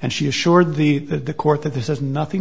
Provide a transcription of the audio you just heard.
and she assured me that the court that this is nothing